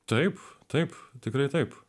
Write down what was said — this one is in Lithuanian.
taip taip tikrai taip